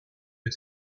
mit